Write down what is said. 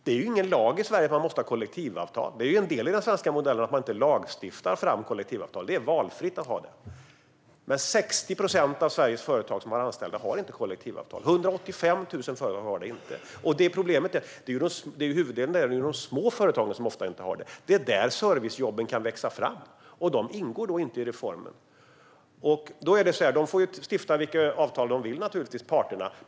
Det finns ingen lag i Sverige som säger att man måste ha det. En del av den svenska modellen är att man inte lagstiftar fram kollektivavtal. Det är valfritt att ha det. 60 procent av Sveriges företag som har anställda har inte kollektivavtal. 185 000 företag har inte det, och det är huvudsakligen de små företagen. Det är där servicejobben kan växa fram, och de ingår då inte i reformen. Parterna får sluta vilka avtal de vill.